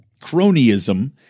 cronyism